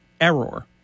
error